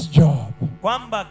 job